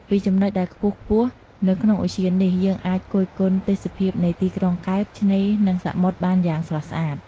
ពីចំណុចដែលខ្ពស់ៗនៅក្នុងឧទ្យាននេះ យើងអាចគយគន់ទេសភាពនៃទីក្រុងកែប ឆ្នេរ និងសមុទ្របានយ៉ាងស្រស់ស្អាត។